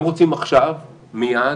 הם רוצים עכשיו מיד